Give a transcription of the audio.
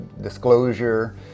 disclosure